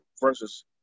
versus